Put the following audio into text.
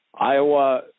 Iowa